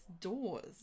doors